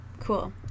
cool